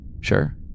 Sure